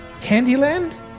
Candyland